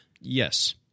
Yes